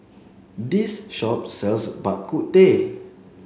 this shop sells Bak Kut Teh